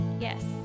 Yes